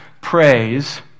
praise